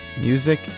Music